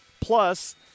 plus